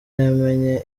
yamenye